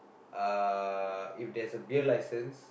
uh if there's a beer license